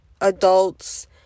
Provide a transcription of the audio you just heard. adults